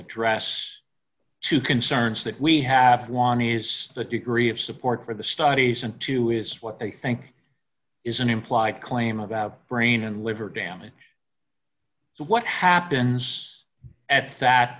address two concerns that we have one is the degree of support for the studies and two is what they think is an implied claim about brain and liver damage so what happens at that